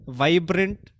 vibrant